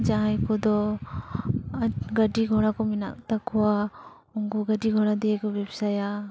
ᱡᱟᱦᱟᱸᱭ ᱠᱚᱫᱚ ᱜᱟᱹᱰᱤ ᱜᱷᱚᱲᱟ ᱠᱚ ᱢᱮᱱᱟᱜ ᱛᱟᱠᱚᱣᱟ ᱩᱱᱠᱩ ᱜᱟᱹᱰᱤ ᱜᱷᱚᱲᱟ ᱫᱤᱭᱮ ᱠᱚ ᱵᱮᱵᱥᱟᱭᱟ